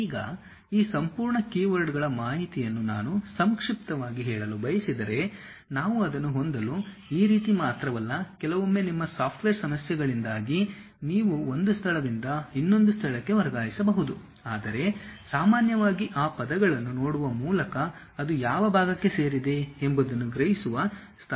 ಈಗ ಈ ಸಂಪೂರ್ಣ ಕೀವರ್ಡ್ಗಳ ಮಾಹಿತಿಯನ್ನು ನಾನು ಸಂಕ್ಷಿಪ್ತವಾಗಿ ಹೇಳಲು ಬಯಸಿದರೆ ನಾವು ಅದನ್ನು ಹೊಂದಲು ಈ ರೀತಿ ಮಾತ್ರವಲ್ಲ ಕೆಲವೊಮ್ಮೆ ನಿಮ್ಮ ಸಾಫ್ಟ್ವೇರ್ ಸಮಸ್ಯೆಗಳಿಂದಾಗಿ ನೀವು ಒಂದು ಸ್ಥಳದಿಂದ ಇನ್ನೊಂದು ಸ್ಥಳಕ್ಕೆ ವರ್ಗಾಯಿಸಬಹುದು ಆದರೆ ಸಾಮಾನ್ಯವಾಗಿ ಆ ಪದಗಳನ್ನು ನೋಡುವ ಮೂಲಕ ಅದು ಯಾವ ಭಾಗಕ್ಕೆ ಸೇರಿದೆ ಎಂಬುದನ್ನು ಗ್ರಹಿಸುವ ಸ್ಥಾನದಲ್ಲಿರುತ್ತೇವೆ